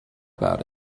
about